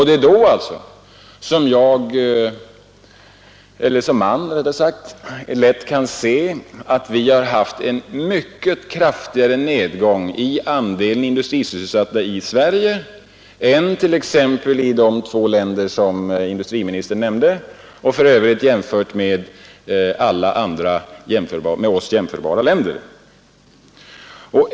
Det är då man lätt kan se att vi haft en mycket kraftigare nedgång i andelen industrisysselsatta i Sverige än t.ex. i de två länder som industriministern nämnde och för övrigt jämfört med alla andra med oss jämförbara länder.